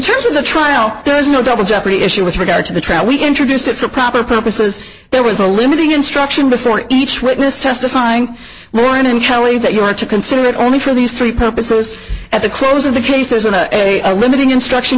terms of the trial there is no double jeopardy issue with regard to the trial we introduced it for proper purposes there was a limiting instruction before each witness testifying lauren and kelly that you were to consider it only for these three purposes at the close of the case there's a limiting instruction